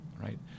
right